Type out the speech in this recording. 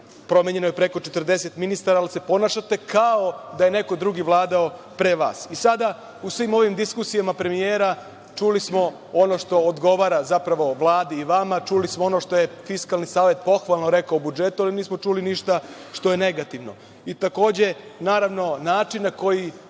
promenjeno je preko 40 ministara, ali se ponašate kao da je neko drugi vladao pre vas. I sada u svim ovim diskusijama premijera čuli smo ono što odgovara Vladi i vama, čuli smo ono što je Fiskalni savet pohvalno rekao o budžetu, ali nismo čuli ništa što je negativno. Takođe, naravno, način na koji